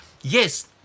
Yes